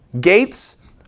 Gates